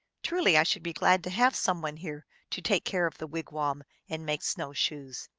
truly i should be glad to have some one here to take care of the wigwam and make snow-shoes.